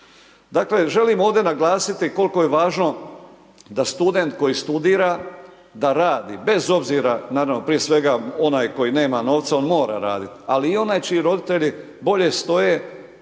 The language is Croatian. Dakle, želim ovdje naglasiti koliko je važno da student koji studira da radi bez obzira, naravno prije svega onaj koji nema novca, on mora raditi, ali i onaj čiji roditelji bolje stoje.